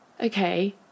okay